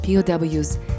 POWs